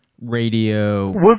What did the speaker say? Radio